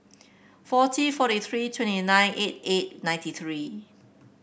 forty fourteen three twenty nine eight eight ninety three